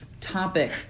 topic